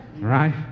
right